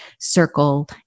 circle